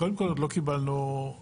קודם כל עוד לא קיבלנו החלטה